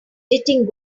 editing